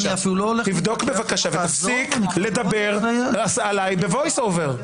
אני אפילו לא הולך --- תבדוק בבקשה ותפסיק לדבר עליי ב-voiceover.